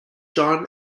john